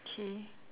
K